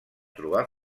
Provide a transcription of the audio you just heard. trobar